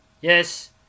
yes